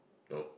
no